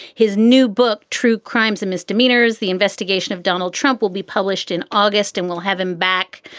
his new book, true crimes and misdemeanors. the investigation of donald trump will be published in august and we'll have him back.